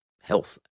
health